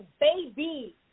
baby